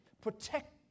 Protect